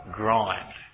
grind